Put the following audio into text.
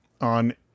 on